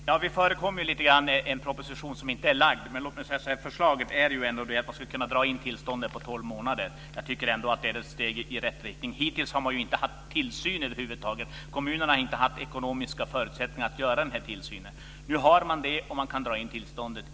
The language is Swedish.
Fru talman! Detta finns med lite grann i en proposition som ännu inte har lagts fram. Förslaget går ut på att tillståndet ska kunna dras in på tolv månader. Jag tycker ändå att det är ett steg i rätt riktning. Hittills har det inte varit någon tillsyn över huvud taget. Kommunerna har inte haft ekonomiska förutsättningar att utöva denna tillsyn. Nu får man det och man kan dra in tillståndet.